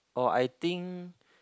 or I think